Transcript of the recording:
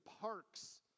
parks